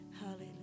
Hallelujah